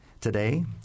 today